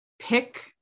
pick